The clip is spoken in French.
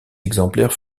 exemplaires